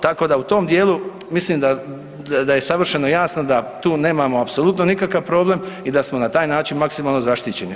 Tako da u tom dijelu mislim da je savršeno jasno da tu nemamo apsolutno nikakav problem i da smo na taj način maksimalno zaštićeni.